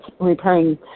repairing